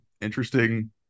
interesting